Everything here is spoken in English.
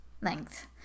length